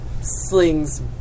slings